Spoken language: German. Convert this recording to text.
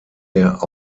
der